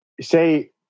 say